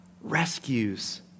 rescues